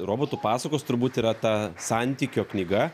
robotų pasakos turbūt yra ta santykio knyga